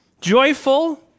joyful